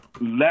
let